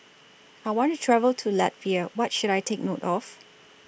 I want to travel to Latvia What should I Take note of